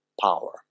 power